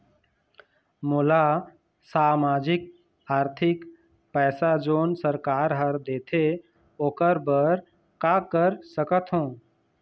मोला सामाजिक आरथिक पैसा जोन सरकार हर देथे ओकर बर का कर सकत हो?